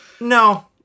No